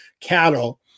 cattle